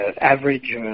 average